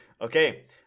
okay